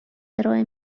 ارائه